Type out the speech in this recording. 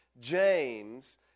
James